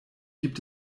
gibt